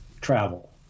travel